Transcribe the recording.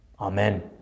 Amen